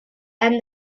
and